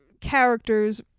characters